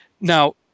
Now